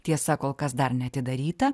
tiesa kol kas dar neatidarytą